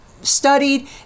studied